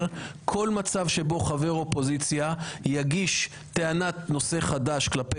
כל מצב שבו חבר אופוזיציה יגיש טענת נושא חדש כלפי